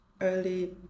early